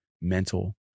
mental